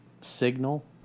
signal